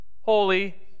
Holy